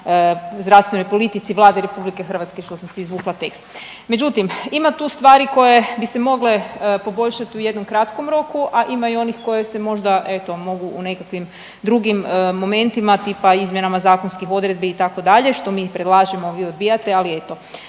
na zdravstvenoj politici Vlade RH što sam si izvukla tekst. Međutim, ima tu stvari koje bi se mogle poboljšat u jednom kratkom roku, a ima i onih koji se možda eto mogu u nekakvim drugim momentima, tipa izmjenama zakonskih odredbi itd. što mi predlažemo, a vi odbijate, ali eto.